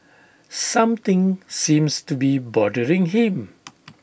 something seems to be bothering him